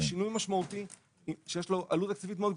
שינוי משמעותי שיש לו עלות תקציבית מאוד גבוהה.